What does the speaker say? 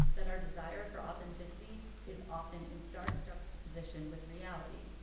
that our desire for authenticity, is often in stark juxtaposition with reality.